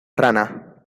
rana